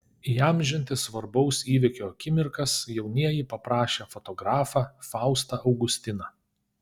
įamžinti svarbaus įvykio akimirkas jaunieji paprašė fotografą faustą augustiną